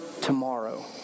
tomorrow